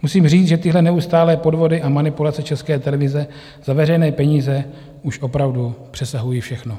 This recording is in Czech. Musím říct, že tyhle neustálé podvody a manipulace České televize za veřejné peníze už opravdu přesahují všechno.